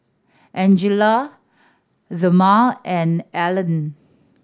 Angelia Thelma and Elian